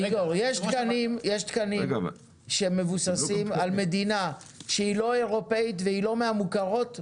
יש תקנים שמבוססים על מדינה שהיא לא אירופאית והיא לא מהמוכרות בישראל?